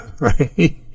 right